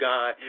God